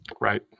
Right